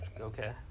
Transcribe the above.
okay